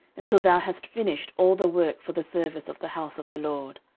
until thou hast finished all the work for the service of the house of the lord.